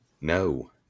No